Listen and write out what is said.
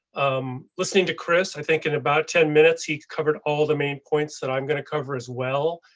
um, listening to chris. i think in about ten minutes he covered all the main points that i'm going to cover as well.